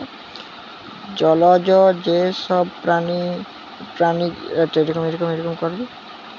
জলজ যে সব প্রাণী গুলা থাকতিছে তাদের অসুখের লিগে ভ্যাক্সিন দেয়